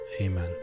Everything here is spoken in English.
Amen